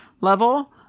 level